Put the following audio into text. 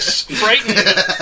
frightened